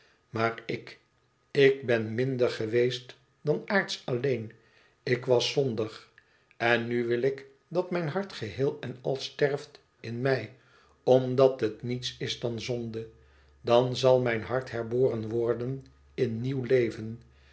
maar ik ik ben minder geweest dan aardsch alleen ik was zondig en nu wil ik dat mijn hart geheel en al sterft in mij omdat het niets is dan zonde dan zal mijn hart herboren worden in nieuw leven